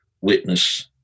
witness